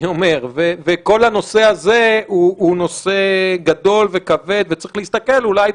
וכל הנושא הזה גדול וכבד וצריך להסתכל ולעשות